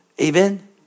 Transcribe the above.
Amen